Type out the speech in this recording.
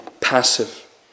passive